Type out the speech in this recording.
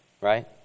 Right